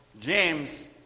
James